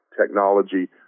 technology